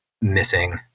missing